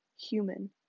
human